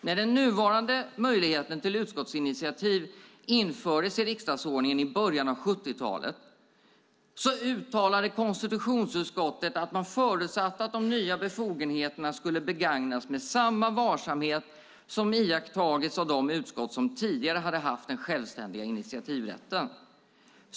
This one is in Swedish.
När den nuvarande möjligheten till utskottsinitiativ infördes i riksdagsordningen i början av 70-talet uttalade konstitutionsutskottet att man förutsatte att de nya befogenheterna skulle begagnas med samma varsamhet som iakttagits av de utskott som tidigare hade haft den självständiga initiativrätten.